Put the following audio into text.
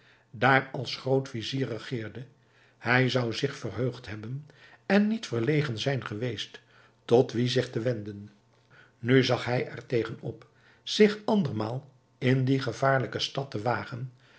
daar als groot-vizier regeerde hij zou zich verheugd hebben en niet verlegen zijn geweest tot wien zich te wenden nu zag hij er tegen op zich andermaal in die gevaarlijke stad te wagen